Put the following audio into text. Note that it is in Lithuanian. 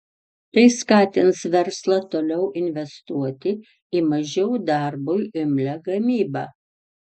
tai skatins verslą toliau investuoti į mažiau darbui imlią gamybą